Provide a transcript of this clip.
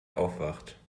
aufwacht